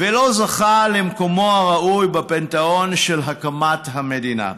ולא זכה למקומו הראוי בפנתיאון של הקמת המדינה.